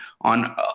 on